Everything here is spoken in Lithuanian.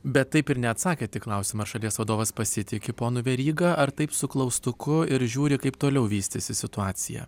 bet taip ir neatsakėt į klausimą ar šalies vadovas pasitiki ponu veryga ar taip su klaustuku ir žiūri kaip toliau vystysis situacija